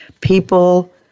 People